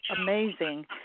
amazing